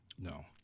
no